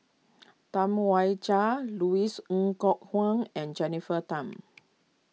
Tam Wai Jia Louis Ng Kok Kwang and Jennifer Tham